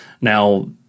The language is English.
Now